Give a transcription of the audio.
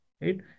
right